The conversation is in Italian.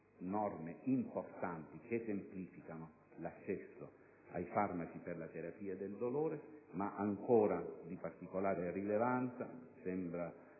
norme importanti che semplificano l'accesso ai farmaci per la terapia del dolore. Ma ancora, di particolare rilevanza, sembra